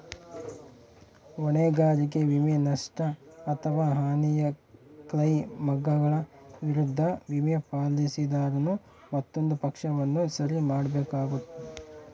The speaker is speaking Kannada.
ಹೊಣೆಗಾರಿಕೆ ವಿಮೆ, ನಷ್ಟ ಅಥವಾ ಹಾನಿಯ ಕ್ಲೈಮ್ಗಳ ವಿರುದ್ಧ ವಿಮೆ, ಪಾಲಿಸಿದಾರನು ಮತ್ತೊಂದು ಪಕ್ಷವನ್ನು ಸರಿ ಮಾಡ್ಬೇಕಾತ್ತು